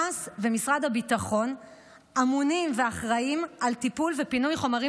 תעש ומשרד הביטחון אמונים ואחראים לטיפול ולפינוי חומרים